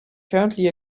currently